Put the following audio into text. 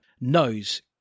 knows